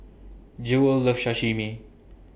Jewell loves Sashimi